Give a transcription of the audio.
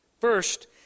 First